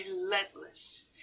relentless